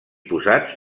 posats